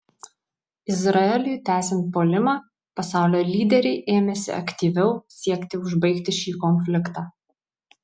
izraeliui tęsiant puolimą pasaulio lyderiai ėmėsi aktyviau siekti užbaigti šį konfliktą